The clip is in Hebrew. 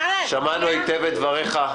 שמענו היטב את דבריך.